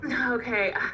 Okay